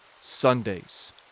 Sundays